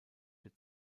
für